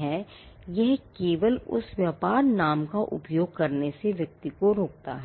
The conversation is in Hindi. है यह केवल उस व्यापार नाम का उपयोग करने से व्यक्ति को रोकता है